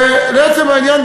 ולעצם העניין,